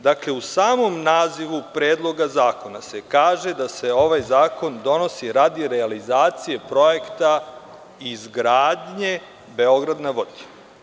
Dakle, u samom nazivu Predloga zakona se kaže da se ovaj zakon donosi radi realizacije projekta izgradnje „Beograd na vodi“